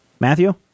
Matthew